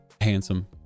handsome